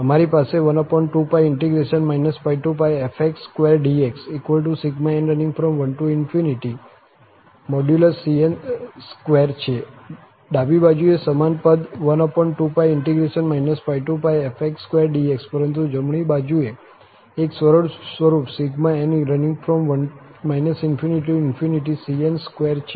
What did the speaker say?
અમારી પાસે 12π πfx2dx∑n ∞ cn2 છે ડાબી બાજુએસમાન પદ 12π πfx2dx પરંતુ જમણી બાજુએ એક સરળ સ્વરૂપ ∑n ∞ cn2 છે તે પણ નિરપેક્ષ મૂલ્ય સાથે છે